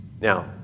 Now